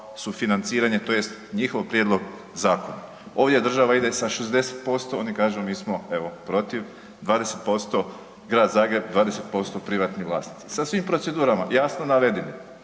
sufinanciranje tj. njihov prijedlog zakona. Ovdje država ide sa 60%, oni kažu mi smo evo protiv 20% Grad Zagreb, 20% privatni vlasnici sa svim procedurama jasno navedenim.